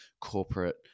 corporate